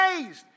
raised